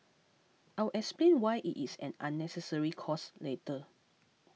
I'll explain why it is an unnecessary cost later